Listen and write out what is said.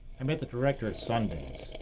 i met the director at sundance.